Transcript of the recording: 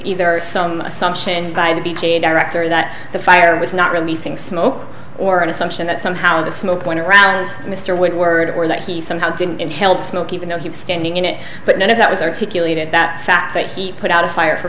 either some assumption by the beach a director that the fire was not releasing smoke or an assumption that somehow the smoke went around mr woodward or that he somehow didn't inhale the smoke even though he was standing in it but none of that was articulated that fact that he put out a fire for